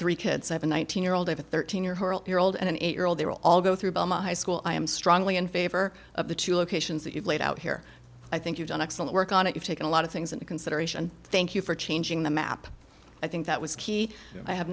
three kids seven one thousand year old a thirteen year old and an eight year old they're all go through high school i am strongly in favor of the two locations that you've laid out here i think you've done excellent work on it you've taken a lot of things into consideration thank you for changing the map i think that was key i have